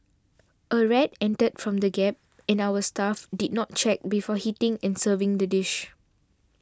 a rat entered from the gap in our staff did not check before heating and serving the dish